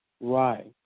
Right